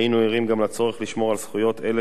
היינו ערים גם לצורך לשמור על הזכויות של אלה